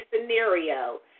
scenario